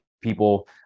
people